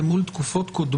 למרות שמדובר בתקופת זמן